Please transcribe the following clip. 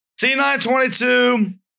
C922